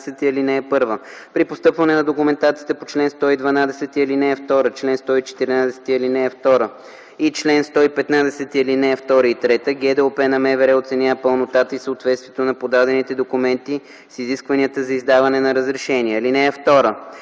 118. (1) При постъпване на документацията по чл. 112, ал. 2, чл. 114, ал. 2 и чл. 115, ал. 2 и 3, ГДОП на МВР оценява пълнотата и съответствието на подадените документи с изискванията за издаване на разрешение. (2)